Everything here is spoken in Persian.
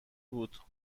بود